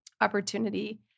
opportunity